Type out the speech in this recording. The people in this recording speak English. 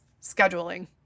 scheduling